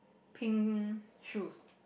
pink shoes